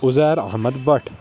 Uzair Ahmed but